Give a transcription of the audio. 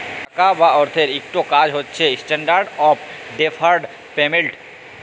টাকা বা অথ্থের ইকট কাজ হছে ইস্ট্যান্ডার্ড অফ ডেফার্ড পেমেল্ট